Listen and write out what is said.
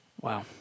Wow